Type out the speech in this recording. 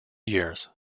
years